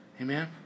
amen